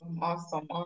awesome